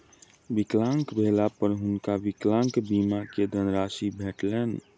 विकलांग भेला पर हुनका विकलांग बीमा के धनराशि भेटलैन